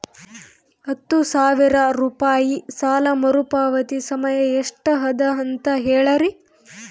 ಹತ್ತು ಸಾವಿರ ರೂಪಾಯಿ ಸಾಲ ಮರುಪಾವತಿ ಸಮಯ ಎಷ್ಟ ಅದ ಅಂತ ಹೇಳರಿ?